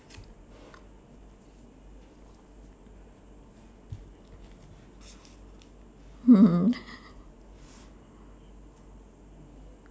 hmm